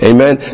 Amen